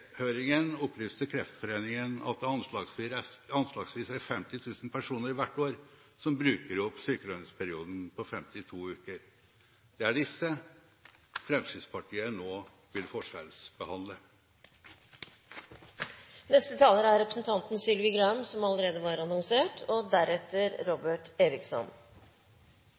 opplyste Kreftforeningen at det anslagsvis er 50 000 personer hvert år som bruker opp sykepengeperioden på 52 uker. Det er disse Fremskrittspartiet nå vil forskjellsbehandle. Det å være alvorlig syk over en lengre periode er